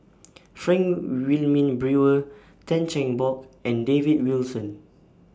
Frank Wilmin Brewer Tan Cheng Bock and David Wilson